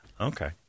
Okay